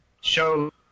show